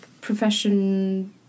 profession